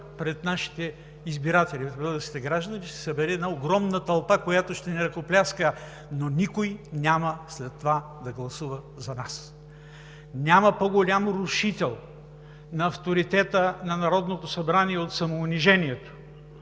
пред нашите избиратели – българските граждани, ще се събере една огромна тълпа, която ще ни ръкопляска, но никой няма след това да гласува за нас.“ Няма по-голям рушител на авторитета на Народното събрание от самоунижението.